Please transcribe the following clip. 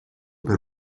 per